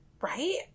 right